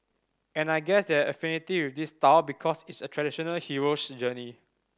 and I guess they had an affinity with this style because it's a traditional hero's journey